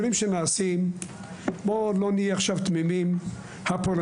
"תתעלמי מההסכם בין המדינות והרשימה שם; בפועל